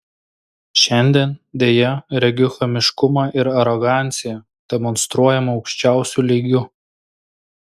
šiandien deja regiu chamiškumą ir aroganciją demonstruojamą aukščiausiu lygiu